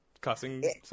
cussing